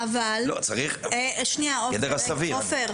צריך בגדר הסביר.